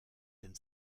den